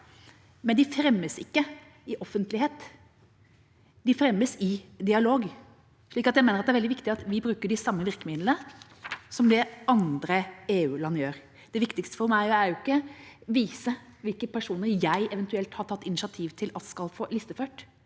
men de fremmes ikke i offentlighet. De fremmes i dialog. Jeg mener altså at det er veldig viktig at vi bruker de samme virkemidlene som det EU-landene gjør. Det viktigste for meg er ikke å vise hvilke personer jeg eventuelt har tatt initiativ til at skal bli listeført,